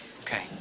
Okay